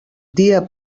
dia